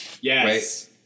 Yes